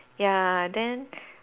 ya then